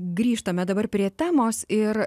grįžtame dabar prie temos ir